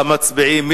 מצביעים.